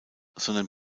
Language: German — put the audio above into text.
sondern